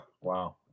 wow